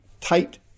tight